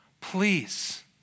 Please